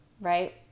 right